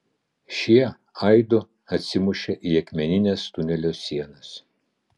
šie aidu atsimušė į akmenines tunelio sienas